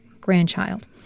grandchild